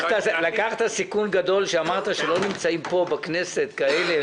לקחת סיכון גדול כשאמרת שלא נמצאים פה בכנסת כאלה.